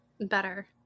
Better